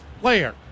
player